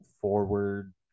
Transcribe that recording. forward